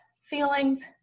feelings